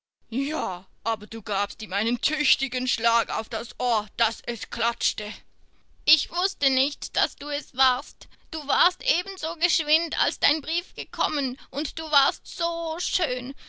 ja aber du gabst ihm einen tüchtigen schlag auf das ohr daß es klatschte ich wußte auch nicht daß du es warst du warst ebenso geschwind als dein brief gekommen und du warst so schön